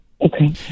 Okay